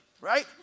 right